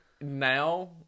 now